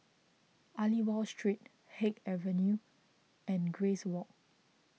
Aliwal Street Haig Avenue and Grace Walk